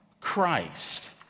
Christ